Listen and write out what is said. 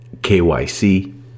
KYC